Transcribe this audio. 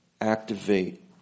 Activate